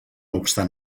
obstant